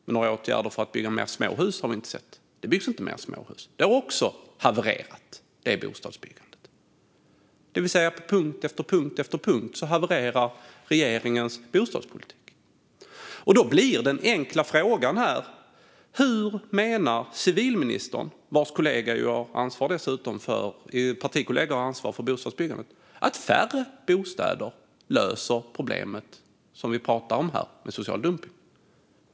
Men några åtgärder för att bygga fler småhus har vi inte sett. Det byggs inte fler småhus. Detta bostadsbyggande har också havererat. På punkt efter punkt havererar regeringens bostadspolitik. Då blir den enkla frågan här: Hur menar civilministern, vars partikollega dessutom har ansvar för bostadsbyggandet, att färre bostäder löser det problem som vi pratar om här med social dumpning?